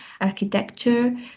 architecture